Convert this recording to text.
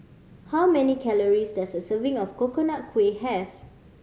how many calories does a serving of Coconut Kuih have